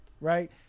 right